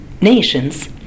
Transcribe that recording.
nations